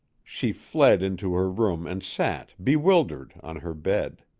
she fled into her room and sat, bewildered, on her bed.